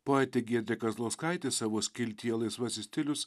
poetė giedrė kazlauskaitė savo skiltyje laisvasis stilius